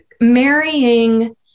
marrying